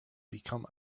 become